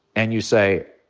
and you say,